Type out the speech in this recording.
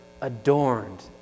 adorned